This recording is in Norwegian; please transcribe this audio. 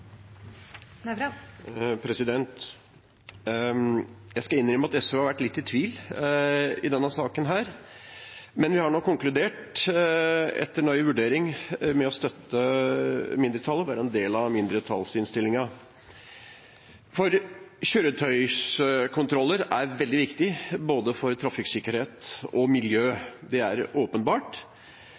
Jeg skal innrømme at SV har vært litt i tvil i denne saken, men vi har nå konkludert, etter nøye vurdering, med å støtte mindretallet og være en del av mindretallsinnstillingen. Kjøretøykontroller er veldig viktig, både for trafikksikkerhet og for miljø. Det er åpenbart.